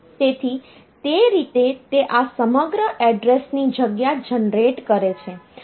તેથી તે રીતે તે આ સમગ્ર એડ્રેસની જગ્યા જનરેટ કરે છે